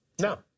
No